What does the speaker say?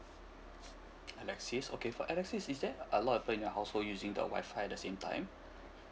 alexis okay for alexis is there a lot of them in your household using the Wi-Fi at the same time